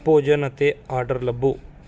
ਭੋਜਨ ਅਤੇ ਆਡਰ ਲੱਭੋ